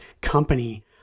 company